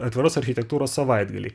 atviros architektūros savaitgaliai